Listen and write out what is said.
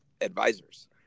advisors